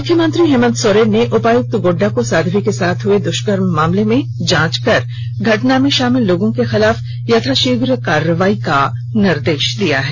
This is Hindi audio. मुख्यमंत्री हेमंत सोरेन ने उपायुक्त गोड्रा को साध्वी के साथ हुए दुष्कर्म मामले की जांच कर घटना में शामिल लोगों के खिलाफ यथाशीघ्र कार्रवाई का निर्देश दिया है